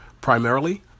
primarily